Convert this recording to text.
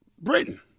Britain